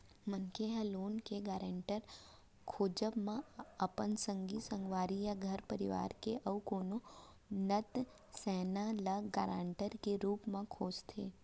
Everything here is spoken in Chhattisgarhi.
मनसे ह लोन के गारेंटर खोजब म अपन संगी संगवारी या घर परवार के अउ कोनो नत सैना ल गारंटर के रुप म खोजथे